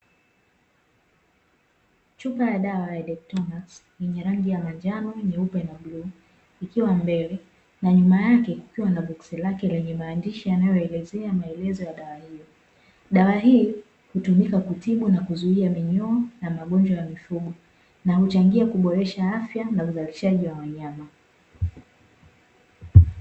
Chupa ya dawa ya (Dectomax) yenye rangi ya manjano, nyeupe na bluu ikiwa mbele na nyuma yake kukiwa na boksi lake lenye maandishi yanayoelezea maelezo ya dawa hiyo, dawa hii hutumika kutibu na kuzuia minyoo na magonjwa ya mifugo. Na huchangia kuboresha afya na uzalishaji wa wanyama.